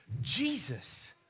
Jesus